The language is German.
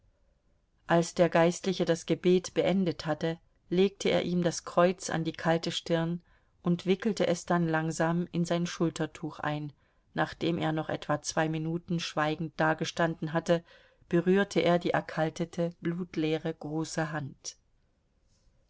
als der geistliche das gebet beendet hatte legte er ihm das kreuz an die kalte stirn und wickelte es dann langsam in sein schultertuch ein nachdem er noch etwa zwei minuten schweigend dagestanden hatte berührte er die erkaltete blutleere große hand